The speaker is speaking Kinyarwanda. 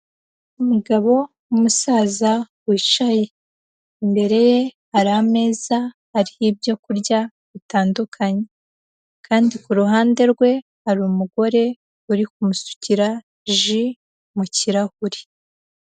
Umugabo w'umusaza wicaye, imbere ye hari ameza ariho ibyo kurya bitandukanye, kandi ku ruhande rwe hari umugore uri kumusukira ji mu kirahure.